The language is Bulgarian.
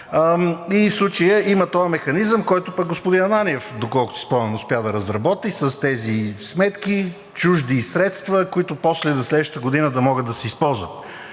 В случая има този механизъм, който пък господин Ананиев, доколкото си спомням, успя да разработи с тези сметки – чужди средства, които на следващата година да могат да се използват.